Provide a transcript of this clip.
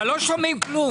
אבל לא שומעים כלום.